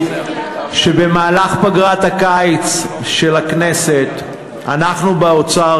שבמהלך פגרת הקיץ של הכנסת אנחנו באוצר,